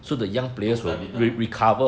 more stamina